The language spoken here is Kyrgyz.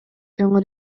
жаңы